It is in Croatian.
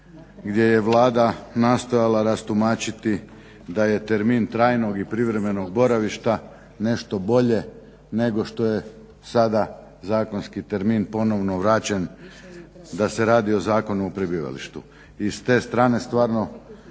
gdje je Vlada nastojala rastumačiti da je termin trajnog i privremenog boravišta nešto bolje nego što je sada zakonski termin ponovno vraćen da se radi o Zakonu o prebivalištu. I s te strane stvarno